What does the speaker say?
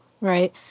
right